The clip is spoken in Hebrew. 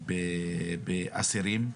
באסירים,